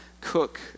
cook